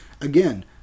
again